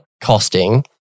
costing